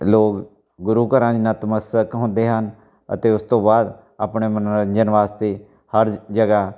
ਲੋਕ ਗੁਰੂ ਘਰਾਂ 'ਚ ਨਤਮਸਤਕ ਹੁੰਦੇ ਹਨ ਅਤੇ ਉਸ ਤੋਂ ਬਾਅਦ ਆਪਣੇ ਮਨੋਰੰਜਨ ਵਾਸਤੇ ਹਰ ਜਗ੍ਹਾ